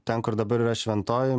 ten kur dabar yra šventoji